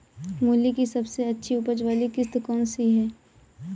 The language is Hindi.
मूली की सबसे अच्छी उपज वाली किश्त कौन सी है?